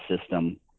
system